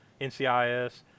NCIS